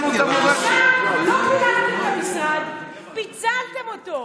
לא קיבלתם את המשרד, פיצלתם אותו.